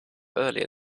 earlier